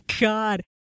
God